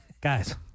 Guys